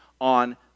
on